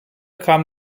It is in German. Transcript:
kam